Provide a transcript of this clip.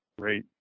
Great